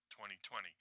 2020